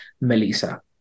Melissa